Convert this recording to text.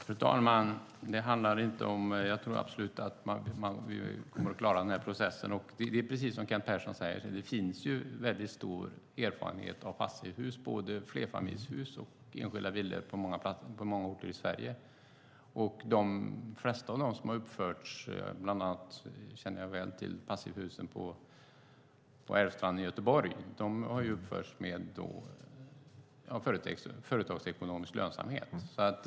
Fru talman! Jag tror absolut att man kommer att klara den här processen. Det är precis som Kent Persson säger. Det finns stor erfarenhet av passivhus, både flerfamiljshus och enskilda villor, på många orter i Sverige. De flesta av dem som har uppförts - bland annat känner jag väl till passivhusen på Älvstranden i Göteborg - har uppförts med företagsekonomisk lönsamhet.